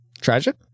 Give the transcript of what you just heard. Tragic